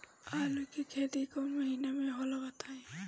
आलू के खेती कौन महीना में होला बताई?